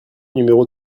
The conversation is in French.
numéro